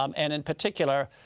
um and in particular,